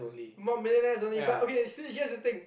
more millionaires only but okay here's the thing